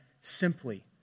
simply